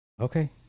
Okay